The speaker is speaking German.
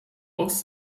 aus